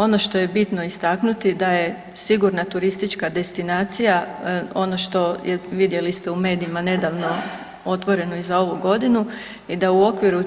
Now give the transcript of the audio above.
Ono što je bitno istaknuti da je sigurna turistička destinacija ono što je vidjeli ste u medijima nedavno otvoreno i za ovu godinu i da u okviru